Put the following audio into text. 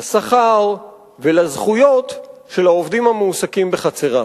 לשכר ולזכויות של העובדים המועסקים בחצריו.